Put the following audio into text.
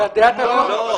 לא.